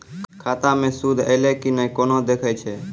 खाता मे सूद एलय की ने कोना देखय छै?